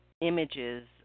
images